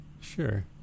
Sure